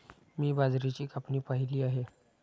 मी बाजरीची कापणी पाहिली आहे